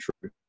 true